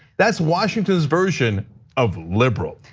that's washington's version of liberal.